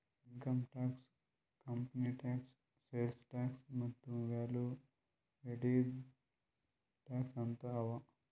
income tax, company tax, sales tax ಮತ್ತ value added tax ಅಂತ್ ಅವಾ